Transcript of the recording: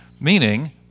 meaning